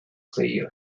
player